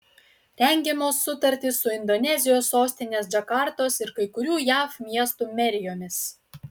rengiamos sutartys su indonezijos sostinės džakartos ir kai kurių jav miestų merijomis